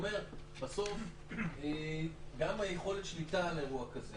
בסוף גם היכולת שליטה על אירוע כזה.